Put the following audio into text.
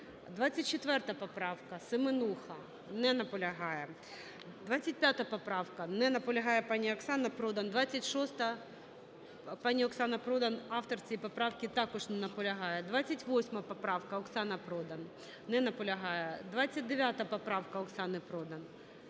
24 поправка, Семенуха. Не наполягає. 25 поправка. Не наполягає пані Оксана Продан. 26-а. Пані Оксана Продан, автор цієї поправки, також не наполягає. 28 поправка, Оксана Продан. Не наполягає. 29 поправка Оксани Продан.